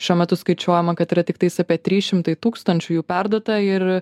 šiuo metu skaičiuojama kad yra tiktais apie trys šimtai tūkstančių jų perduota ir